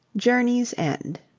journey's end